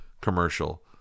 commercial